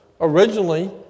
Originally